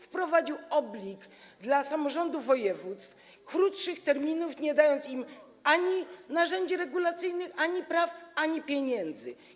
Wprowadził dla samorządów województw oblig krótszych terminów, nie dając im ani narzędzi regulacyjnych, ani praw, ani pieniędzy.